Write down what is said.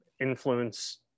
influence